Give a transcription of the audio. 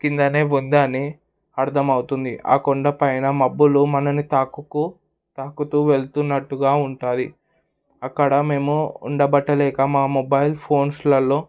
కిందనే ఉందని అర్థం అవుతుంది ఆ కొండపైన మబ్బులు మనల్ని తాకుకు తాకుతూ వెళ్తున్నట్టుగా ఉంటాయి అక్కడ మేము ఉండబట్టలేక మా మొబైల్ ఫోన్స్లలో